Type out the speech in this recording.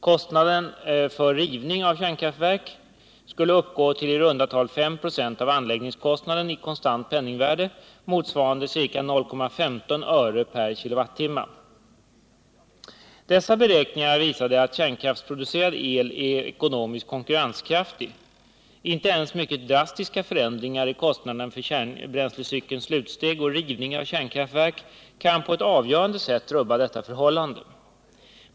Kostnaderna för rivning av kärnkraftverk skulle uppgå till i runda tal 5 96 av anläggningskostnaden i konstant penningvärde, motsvarande ca 0,15 öre/kWh. Dessa beräkningar visar att kärnkraftproducerad el är ekonomiskt konkurrenskraftig. Inte ens mycket drastiska förändringar i kostnaderna för kärnbränslecykelns slutsteg och rivning av kärnkraftverk kan på ett avgörande sätt rubba detta förhållande.